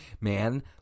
man